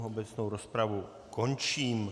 Obecnou rozpravu končím.